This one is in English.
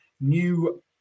new